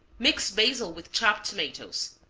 mix basil with chopped tomatoes.